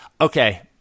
Okay